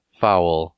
foul